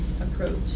approach